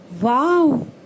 Wow